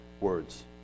words